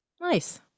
Nice